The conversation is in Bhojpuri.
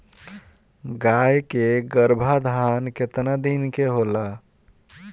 गाय के गरभाधान केतना दिन के होला?